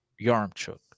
Yarmchuk